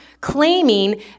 claiming